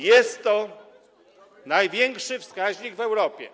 Jest to największy wskaźnik w Europie.